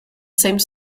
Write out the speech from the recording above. same